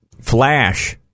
flash